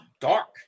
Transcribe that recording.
dark